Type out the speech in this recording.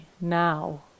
now